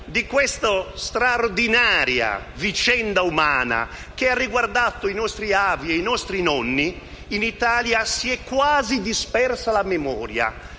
Di questa straordinaria vicenda umana, che ha riguardato i nostri avi e nonni, in Italia si è quasi dispersa la memoria.